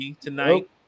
tonight